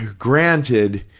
granted,